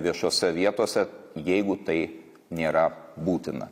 viešose vietose jeigu tai nėra būtina